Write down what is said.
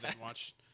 watch